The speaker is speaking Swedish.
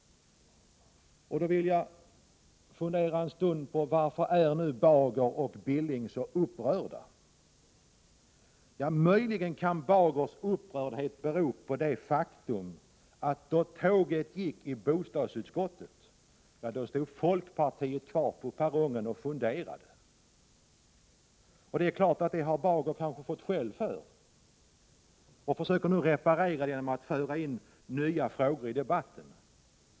Jag vill fundera en stund över varför Erling Bager och Knut Billing nu är så upprörda. Erling Bagers upprördhet kan möjligen bero på det faktum att när tåget gick i bostadsutskottet stod folkpartiet kvar på perrongen och funderade. Bager kanske har fått skäll för detta och försöker nu att reparera det genom att föra in nya frågor i debatten.